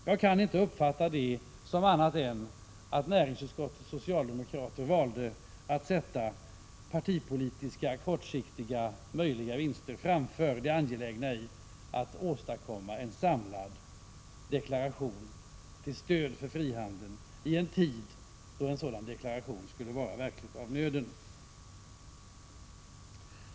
Jag kan inte uppfatta det som annat än att näringsutskottets socialdemokrater valde att sätta partipolitiska kortsiktiga möjliga vinster framför det angelägna i att åstadkomma en samlad deklaration till stöd för frihandeln i en tid då en sådan deklaration verkligen skulle vara av nöden.